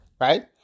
Right